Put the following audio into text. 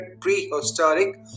prehistoric